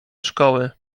szkoły